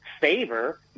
favor